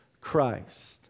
Christ